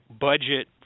budget